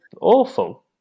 awful